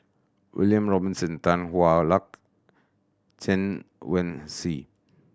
William Robinson Tan Hwa Luck Chen Wen Hsi